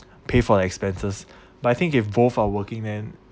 pay for the expenses but I think if both are working then